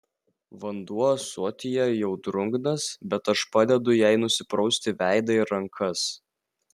vanduo ąsotyje jau drungnas bet aš padedu jai nusiprausti veidą ir rankas